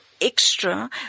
extra